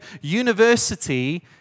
university